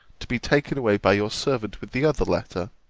to be taken away by your servant with the other letter